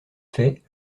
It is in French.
faits